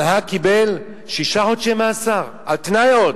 הנהג קיבל שישה חודשי מאסר, על-תנאי עוד.